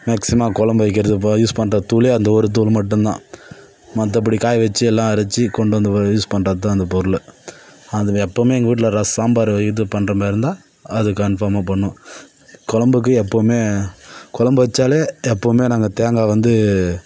மேக்சிமாக குழம்பு வைக்கிறது யூஸ் பண்ணுற தூளே அந்த ஒரு தூள் மட்டும்தான் மற்ற படி காயவச்சு எல்லாம் அரைச்சு கொண்டு வந்து யூஸ் பண்ணுற தான் அந்த பொருள் அது எப்பவும் எங்கள் வீட்டுல சாம்பார் இது பண்ணுற மாதிரிருந்தா அது கன்ஃபார்மாக பண்ணும் குழம்புக்கு எப்பவும் குழம்பு வச்சால் எப்பவும் நாங்கள் தேங்காய் வந்து